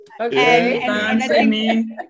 Okay